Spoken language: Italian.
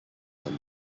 alle